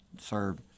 serve